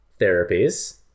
therapies